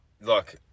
Look